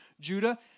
Judah